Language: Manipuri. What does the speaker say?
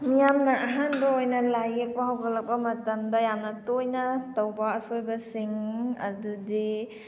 ꯃꯤꯌꯥꯝꯅ ꯑꯍꯥꯟꯕ ꯑꯣꯏꯅ ꯂꯥꯏ ꯌꯦꯛꯄ ꯍꯧꯒꯠꯂꯛꯄ ꯃꯇꯝꯗ ꯌꯥꯝꯅ ꯇꯣꯏꯅ ꯇꯧꯕ ꯑꯁꯣꯏꯕꯁꯤꯡ ꯑꯗꯨꯗꯤ